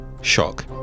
shock